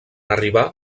arribar